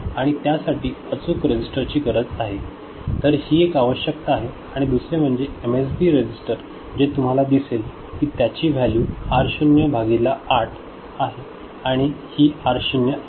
आणि त्यासाठी अचूक रेसिस्टर ची गरज आहे तर ही एक आवश्यकता आहे आणि दुसरे म्हणजे एमएसबी रेसिस्टर हे तुम्हाला दिसेल की त्याची व्हॅल्यू आर 0 भागी हे 8 आहे आणि ही आर 0 आहे